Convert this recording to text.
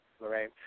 Lorraine